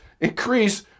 increase